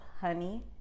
Honey